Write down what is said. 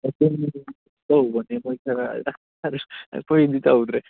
ꯇꯧꯕꯅꯦ ꯃꯈꯣꯏ ꯈꯔ ꯑꯩꯈꯣꯏꯗꯤ ꯇꯧꯗ꯭ꯔꯦ